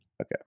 Okay